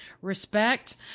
Respect